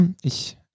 Ich